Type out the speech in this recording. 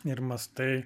ir mąstai